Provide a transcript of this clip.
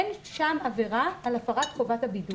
אין שם עבירה על הפרת חובת הבידוד.